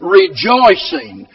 rejoicing